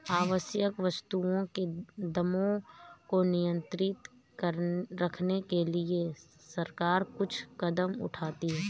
आवश्यक वस्तुओं के दामों को नियंत्रित रखने के लिए सरकार कुछ कदम उठाती है